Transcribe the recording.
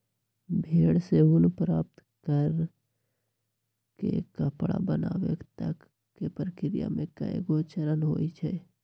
भेड़ से ऊन प्राप्त कऽ के कपड़ा बनाबे तक के प्रक्रिया में कएगो चरण होइ छइ